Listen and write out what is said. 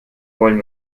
wollen